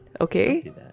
okay